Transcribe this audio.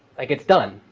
like it's done.